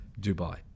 Dubai